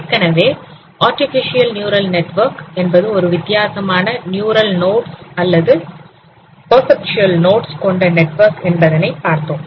ஏற்கனவே artificial neural network என்பது ஒரு வித்தியாசமான நியூரல் நோட்ஸ் அல்லது பேர்சப்ஷவல் நோட்ஸ் கொண்ட நெட்வொர்க் என்பதனை பார்த்தோம்